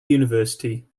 university